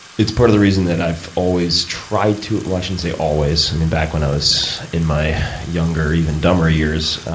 it's part of the reason that i've always tried to i shouldn't say always i mean back when i was in my younger even dumber years,